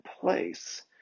place